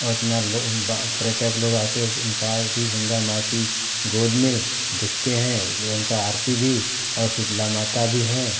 उतना पर्यटक लोग आकर उनका भी गंगा माँ की गोद में देखते हैं और उनका आरती भी और शीतला माता भी हैं